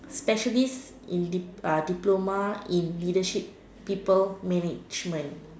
specialist in in diploma in leadership people management